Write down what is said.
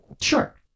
Sure